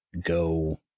Go